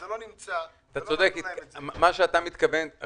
אומרים: מהתקופה הזו